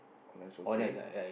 I'm not so okay